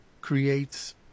creates